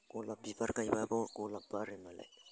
गलाब बिबाार गायब्लाबो गलाब बारो